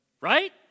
Right